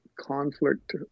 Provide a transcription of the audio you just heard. conflict